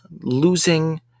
losing